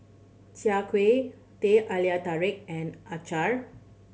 Chai Kuih Teh Halia Tarik and acar